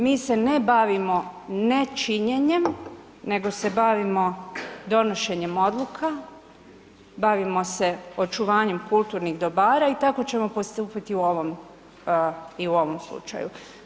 Mi se ne bavimo nečinjenjem nego se bavimo donošenjem odluka, bavimo se očuvanjem kulturnih dobara i tako ćemo postupiti i u ovom slučaju.